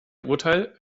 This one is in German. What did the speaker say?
urteil